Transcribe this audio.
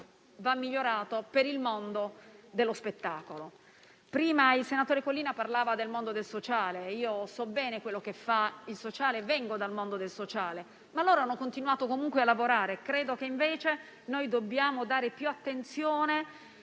soprattutto per il mondo dello spettacolo. Prima il senatore Collina parlava del mondo del sociale. So bene ciò che fa perché vengo dal mondo del sociale. Loro hanno continuato comunque a lavorare. Credo che, invece, dobbiamo dare più attenzione